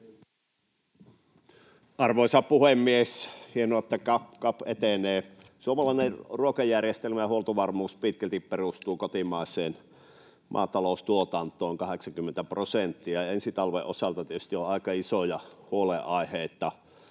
Arvoisa puhemies! Hienoa, että CAP etenee. Suomalainen ruokajärjestelmä ja huoltovarmuus pitkälti perustuvat kotimaiseen maataloustuotantoon, 80 prosenttia. Ensi talven osalta tietysti on aika isoja huolenaiheita.